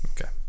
Okay